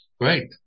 Great